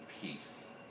peace